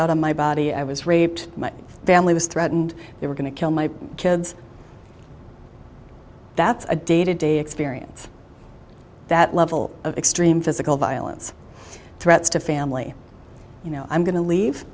out on my body i was raped my family was threatened they were going to kill my kids that's a day to day experience that level of extreme physical violence threats to family you know i'm going to leave